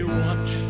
watch